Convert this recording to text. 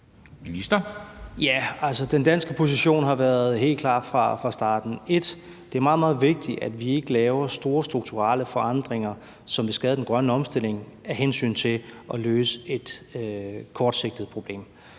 den danske position har været helt klar fra starten. Det er meget vigtigt, at vi ikke laver store strukturelle forandringer, som vil skade den grønne omstilling, af hensyn til at løse et kortsigtet problem.